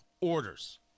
orders